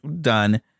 done